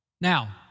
Now